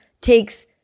takes